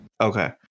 Okay